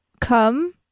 come